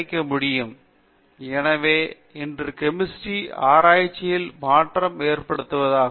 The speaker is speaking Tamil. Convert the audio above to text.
விஸ்வநாதன் எனவே இன்று கெமிஸ்ட்ரி ஆராய்ச்சியில் மாற்றம் ஏற்படுவதாகும்